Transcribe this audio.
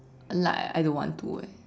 and like I don't want to eh